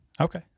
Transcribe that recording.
Okay